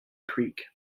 creek